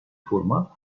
foruma